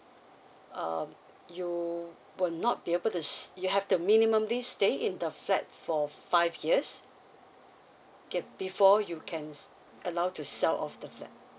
uh you will not be able to s~ you have to minimally stay in the flat for five years get before you can s~ allowed to sell off the flat